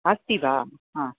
अस्ति वा हा